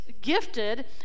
gifted